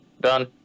Done